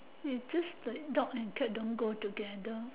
it's just that dog and cat don't go together